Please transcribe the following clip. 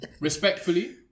Respectfully